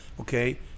okay